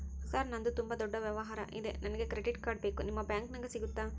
Sir ನಂದು ತುಂಬಾ ದೊಡ್ಡ ವ್ಯವಹಾರ ಇದೆ ನನಗೆ ಕ್ರೆಡಿಟ್ ಕಾರ್ಡ್ ಬೇಕು ನಿಮ್ಮ ಬ್ಯಾಂಕಿನ್ಯಾಗ ಸಿಗುತ್ತಾ?